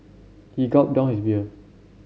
he gulped down his beer